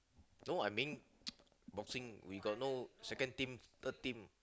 no I mean boxing we got no second team third team